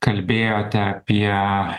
kalbėjote apie